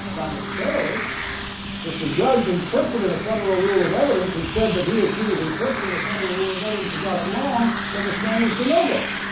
not necessarily if the judge interpreted a federal rule of evidence and said that he or she was interpreting a federal rule of evidence have got it wrong then the standards de novo.